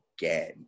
again